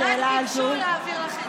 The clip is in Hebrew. רק ביקשו להעביר לך את זה.